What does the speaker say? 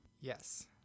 Yes